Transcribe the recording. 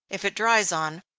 if it dries on,